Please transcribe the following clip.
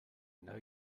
know